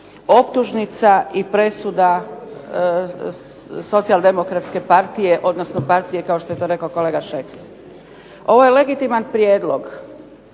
optužnica i presuda Socijaldemokratske partije, odnosno partije kao što je to rekao kolega Šeks. Ovo je legitiman prijedlog